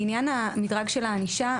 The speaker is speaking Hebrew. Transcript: לעניין המדרג של הענישה,